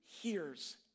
hears